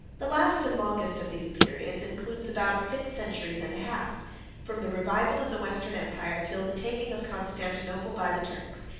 the last and longest of these periods includes about six centuries and a half from the revival of the western empire, till the taking of constantinople by the turks,